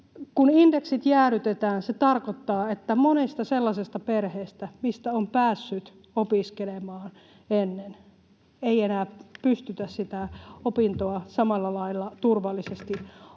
Kun indeksit jäädytetään, se tarkoittaa, että monesta sellaisesta perheestä, mistä on päässyt ennen opiskelemaan, ei enää pystytä opintoja samalla lailla turvallisesti